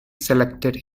selected